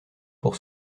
pour